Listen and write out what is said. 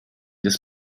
das